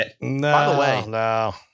No